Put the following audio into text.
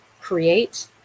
create